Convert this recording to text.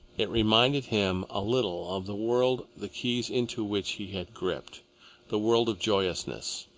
it reminded him a little of the world the keys into which he had gripped the world of joyousness,